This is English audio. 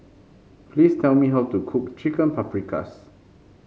please tell me how to cook Chicken Paprikas